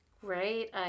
Great